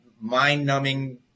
mind-numbing